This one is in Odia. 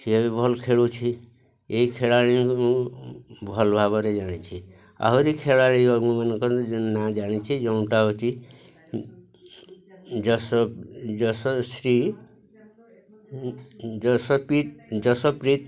ସିଏ ବି ଭଲ ଖେଳୁଛି ଏହି ଖେଳାଳି ମୁଁ ଭଲ ଭାବରେ ଜାଣିଛି ଆହୁରି ଖେଳାଳିମାନଙ୍କର ନା ଜାଣିଛି ଯେଉଁଟା ହେଉଛି ଯଶଶ୍ରୀ ଯଶପ୍ରିତ୍ ଯଶପ୍ରିତ୍